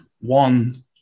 one